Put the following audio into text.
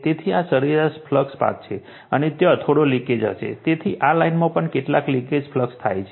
તેથી આ સરેરાશ ફ્લક્સ પાથ છે અને ત્યાં થોડો લિકેજ હશે તેથી આ લાઇનમાં પણ કેટલાક લિકેજ ફ્લક્સ પાથ છે